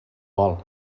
vol